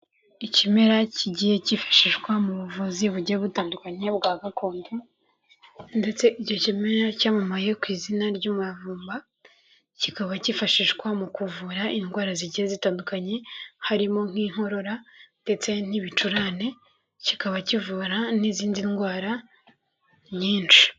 Ikimera kigiye cyifashishwa mu buvuzi bugiye butandukanye bwa gakondo, ndetse icyo kimera cyamamaye ku izina ry'umuvumba, kikaba cyifashishwa mu kuvura indwara zigiye zitandukanye harimo nk'inkorora ndetse n'ibicurane, kikaba kivura n'izindi ndwara nyinshi.